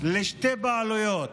לשתי בעלויות: